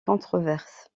controverses